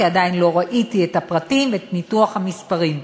כי עדיין לא ראיתי את הפרטים ואת ניתוח המספרים,